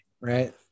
right